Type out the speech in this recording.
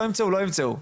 לא יימצאו לא יימצאו,